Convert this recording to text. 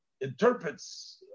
interprets